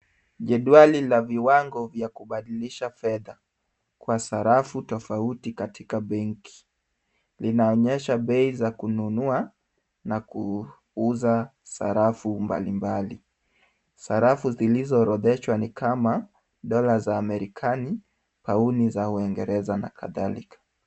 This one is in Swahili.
Jedwali la viwango vya kubadilisha fedha kwa sarafu tofauti katika benki. Linaonyesha bei za kununua na kuuza sarafu mbalimbali. Sarafu zilizoorodheshwa ni kama Dola za Amerikani, pauni za Uingereza na kadhalika.